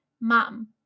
mom